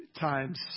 Times